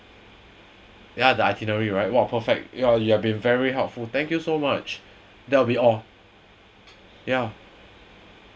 ya itinerary right !whoa! perfect ya you've been very helpful thank you so much that will be all ya